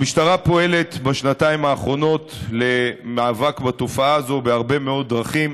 המשטרה פועלת בשנתיים האחרונות למאבק בתופעה הזאת בהרבה מאוד דרכים.